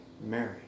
Mary